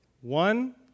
one